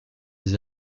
des